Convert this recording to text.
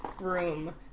room